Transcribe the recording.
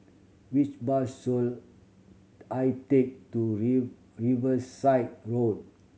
which bus should I take to leave Riverside Road